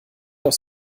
aus